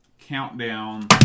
countdown